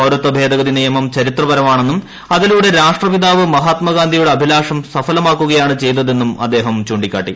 പൌരത്വ ഭേദഗതി നിയമം ചരിത്രപരമാണെന്നും അതിലൂടെ രാഷ്ട്രപിതാവ് മഹാത്മാഗാന്ധിയുടെ അഭിലാഷം സഫലമാക്കുകയാണ് ചെയ്തതെന്നും അദ്ദേഹം ചൂണ്ടിക്കാട്ടി